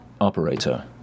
operator